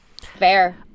Fair